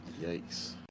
Yikes